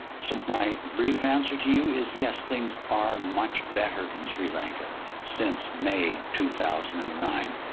so my brief answer to you is yes, things are much better in sri lanka since may two thousand and nine,